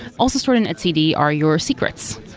also stored in etcd are your secrets.